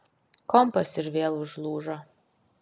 kompas ir vėl užlūžo